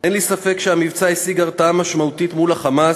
אין לי ספק שהמבצע השיג הרתעה משמעותית מול ה"חמאס".